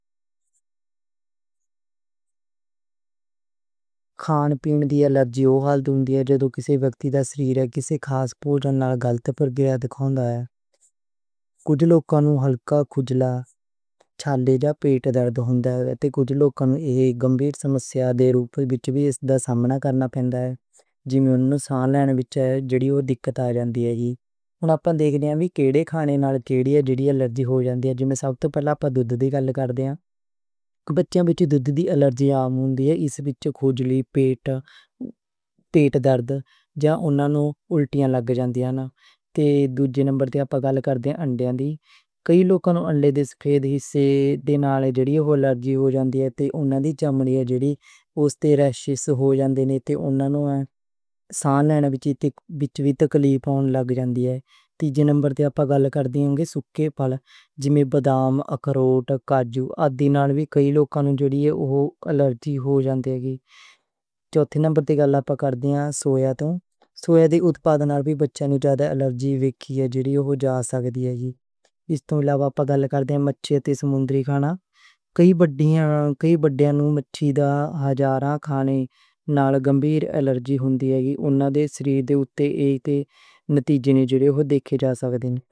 کھانے پین دی الرجی او حال دوندی ہے، جدوں کسے ویکتی دا سریر کسے خاص پوجن نال غلط پرتِکریا ہوندا ہے۔ کچھ لوکانو ہلکی خجلی، چھالے جاں پیٹ درد ہوندا ہے۔ کچھ لوکانو اک گمبھیر سمسیا دے روپ وچ اس دا سامنا کرنا پیندا ہے، جیوں اُنہاں نوں ساں لین وچ جڑی ہوئی دِکت آ جاندی ہے۔ سب توں پہلا نمبر تے دودھ دی الرجی۔ بچے وچ دودھ دی الرجی آ جائے تے اس وچ خجلی، پیٹ درد جاں اُنہاں نوں الٹی ہون لگدی ہے۔ تے دوجے نمبر تے انڈے؛ کئی لوکانو انڈے دے سفید حصے نال جڑی ہوئی الرجی ہو جاندی، اُنہاں دی چمڑی اُتے ریشز ہو جاندے تے اُنہاں نوں ساں لےن وچ دِکت پَین لگ جاندی ہے۔ تیجے نمبر تے اپا گل کر رہے ہاں سوکھے پھل، جیوں بادام، اخروٹ، کاجو آدی نال وی کئی لوکانو الرجی ہو جاندی۔ چوتھے نمبر تے گل اپا کر رہے ہاں سویا تے سویا دے اتپاد نال وی بچے نوں الرجی ویکھن وچ آ سکدی ہے۔ ایتھے علاوہ اپا گل کردے مچھلی اتے سمندری کھانا؛ کئی بڑیاں نوں مچھلی کھانے نال گمبھیر الرجی ہوندی، اُنہاں دے سریر اُتے نتیجے جیوں ریشز ویکھے جا سکدے ہیں۔